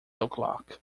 o’clock